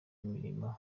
imirimo